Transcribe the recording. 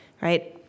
right